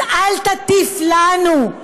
אז אל תטיף לנו,